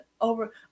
over